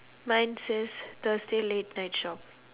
mine says thursday late night shop